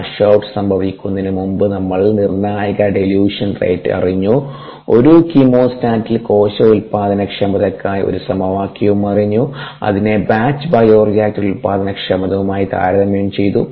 വാഷ out സംഭവിക്കുന്നതിനുമുമ്പ് നമ്മൾ നിർണായക ഡില്യൂഷൻ റേറ്റ് അറിഞ്ഞു ഒരു കീമോസ്റ്റാറ്റിൽ കോശ ഉൽപാദനക്ഷമതയ്ക്കായി ഒരു സമവാക്യവും അറിഞ്ഞു അതിനെ ബാച്ച് ബയോറിയാക്റ്റർ ഉൽപാദനക്ഷമതയുമായി താരതമ്യം ചെയ്തു